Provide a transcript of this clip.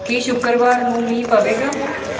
ਕੀ ਸ਼ੁੱਕਰਵਾਰ ਨੂੰ ਮੀਂਹ ਪਵੇਗਾ